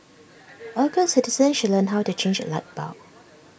all good citizens should learn how to change A light bulb